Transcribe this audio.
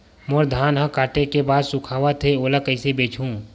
मोर धान ह काटे के बाद सुखावत हे ओला कइसे बेचहु?